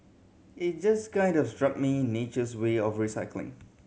it just kind of struck me nature's way of recycling